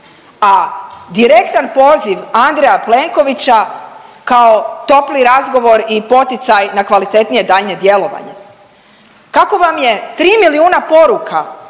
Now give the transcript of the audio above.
a direktan poziv Andreja Plenkovića kao topli razgovor i poticaj na kvalitetnije daljnje djelovanje? Kako vam je 3 milijuna poruka